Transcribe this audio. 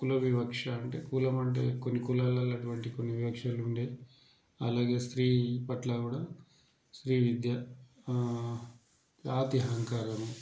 కుల వివక్ష అంటే కులం అంటే కొన్ని కులాల్లో ఉన్నటువంటి కొన్ని వివక్షలు ఉండే అలాగే స్త్రీ పట్ల కూడా స్త్రీ విద్య జాతి అహంకారాలు